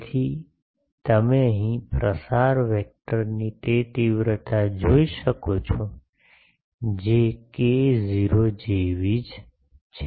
તેથી તમે અહીં પ્રસાર વેક્ટરની તે તીવ્રતા જોઈ શકો છો જે કે 0 જેવી જ છે